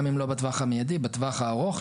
גם אם לא בטווח המיידי אז בטווח הארוך,